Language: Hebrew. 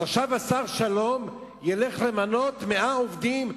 עכשיו השר שלום ילך למנות 100 עובדים,